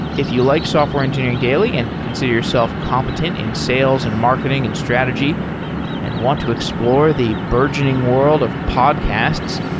if you like software engineering daily and consider yourself competent in sales, and marketing, and strategy and want to explore the burgeoning world of podcasts,